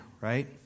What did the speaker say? right